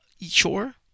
sure